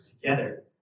together